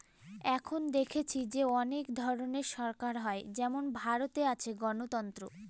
এখন দেখেছি যে অনেক ধরনের সরকার হয় যেমন ভারতে আছে গণতন্ত্র